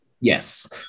Yes